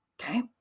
Okay